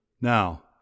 Now